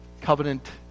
Covenant